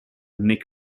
nick